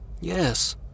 Yes